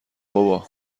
بابا